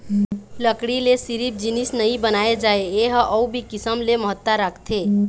लकड़ी ले सिरिफ जिनिस नइ बनाए जाए ए ह अउ भी किसम ले महत्ता राखथे